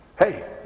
Hey